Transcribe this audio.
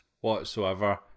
whatsoever